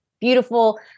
beautiful